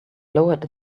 lowered